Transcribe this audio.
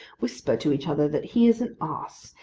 whisper to each other that he is an ass,